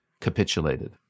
capitulated